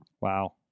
Wow